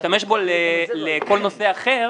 להשתמש בו לכל נושא אחר,